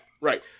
Right